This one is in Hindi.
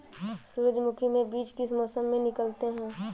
सूरजमुखी में बीज किस मौसम में निकलते हैं?